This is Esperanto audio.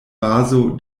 bazo